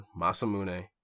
Masamune